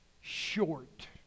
short